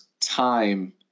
time